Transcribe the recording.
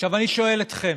עכשיו, אני שואל אתכם,